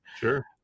Sure